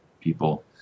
people